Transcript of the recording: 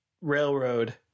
railroad